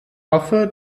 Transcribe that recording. hoffe